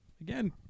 again